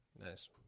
Nice